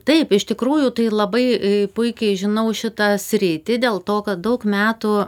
taip iš tikrųjų tai labai a puikiai žinau šitą sritį dėl to kad daug metų